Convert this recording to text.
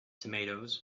tomatoes